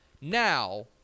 Now